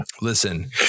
Listen